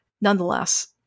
nonetheless